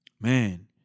Man